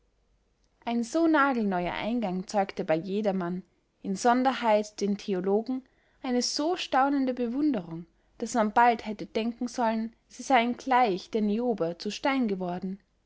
ein so nagelneuer eingang zeugte bey jedermann insonderheit den theologen eine so staunende bewunderung daß man bald hätte denken sollen sie seyen gleich der niobe zu steine geworden